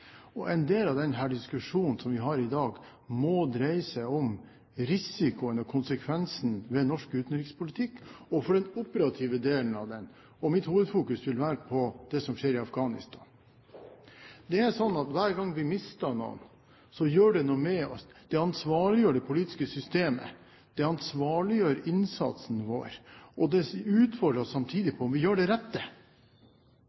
En del av denne diskusjonen som vi har i dag, må dreie seg om risikoen og konsekvensene ved norsk utenrikspolitikk og for den operative delen av den. Mitt hovedfokus vil være på det som skjer i Afghanistan. Hver gang vi mister noen, gjør det noe med oss. Det ansvarliggjør det politiske systemet. Det ansvarliggjør innsatsen vår, og det utfordrer oss samtidig